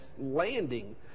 landing